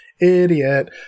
Idiot